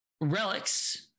Relics